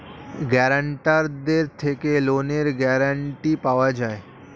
গ্যারান্টারদের থেকে লোনের গ্যারান্টি পাওয়া যায়